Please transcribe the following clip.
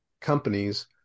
companies